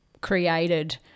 created